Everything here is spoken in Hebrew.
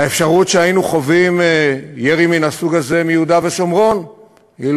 האפשרות שהיינו חווים ירי מן הסוג הזה מיהודה ושומרון אילו